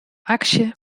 aksje